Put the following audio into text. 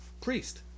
priest